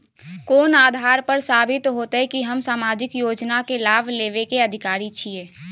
कोन आधार पर साबित हेते की हम सामाजिक योजना के लाभ लेबे के अधिकारी छिये?